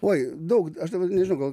oi daug aš dabar nežinau gal